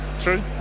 true